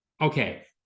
Okay